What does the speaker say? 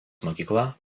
mokykla